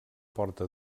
porta